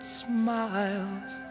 smiles